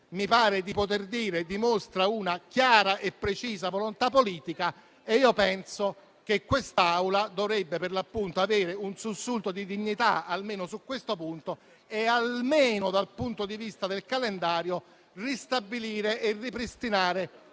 mi pare di poter dire che dimostri una chiara e precisa volontà politica. Penso che quest'Aula dovrebbe avere un sussulto di dignità, almeno su questo punto, e almeno dal punto di vista del calendario dovrebbe ristabilire e ripristinare